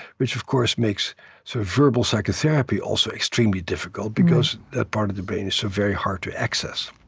which, of course, makes so verbal psychotherapy also extremely difficult because that part of the brain is so very hard to access